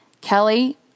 Kelly